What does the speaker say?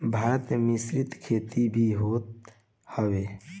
भारत में मिश्रित खेती भी होत हवे